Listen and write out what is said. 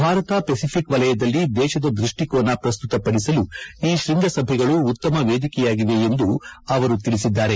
Bharat Pacific ವಲಯದಲ್ಲಿ ದೇಶದ ದೃಷ್ಟಿಕೋನ ಪ್ರಸ್ತುತಪಡಿಸಲು ಈ ಶೃಂಗಸಭೆಗಳು ಉತ್ತಮ ವೇದಿಕೆಯಾಗಿವೆ ಎಂದು ಅವರು ತಿಳಿಸಿದ್ದಾರೆ